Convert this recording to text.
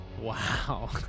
Wow